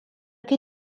che